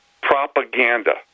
propaganda